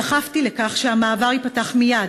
דחפתי לכך שהמעבר ייפתח מייד,